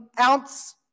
ounce